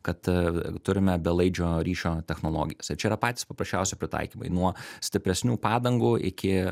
kad turime belaidžio ryšio technologijas ir čia yra patys paprasčiausiai pritaikymai nuo stipresnių padangų iki